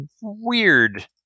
weird